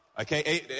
Okay